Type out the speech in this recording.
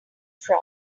from